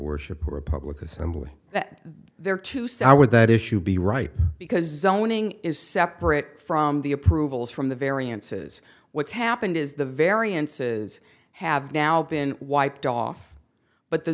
worship or republican symbol there to say i would that issue be right because owning is separate from the approvals from the variances what's happened is the variances have now been wiped off but the